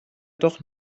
doch